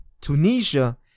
Tunisia